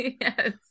Yes